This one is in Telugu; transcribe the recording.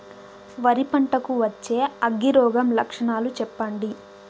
వరి పంట కు వచ్చే అగ్గి రోగం లక్షణాలు చెప్పండి?